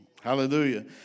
Hallelujah